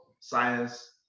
science